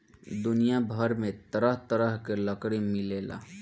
दुनिया भर में तरह तरह के लकड़ी मिलेला